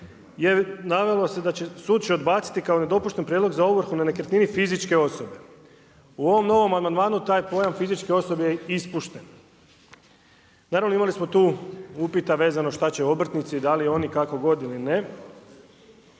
je navelo se da će, sud će odbaciti kao nedopušten prijedlog za ovrhu na nekretnini fizičke osobe. U ovom novom amandmanu, taj je pojam fizičke osobe je ispušten. Naravno, imali smo tu upita vezano šta će obrtnici, da li oni kako god ili ne.